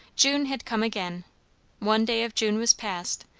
june had come again one day of june was passed,